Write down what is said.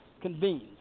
convenes